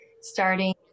starting